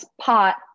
pot